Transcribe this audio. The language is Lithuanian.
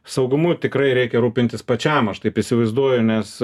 saugumu tikrai reikia rūpintis pačiam aš taip įsivaizduoju nes